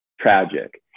tragic